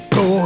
go